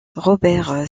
robert